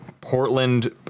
Portland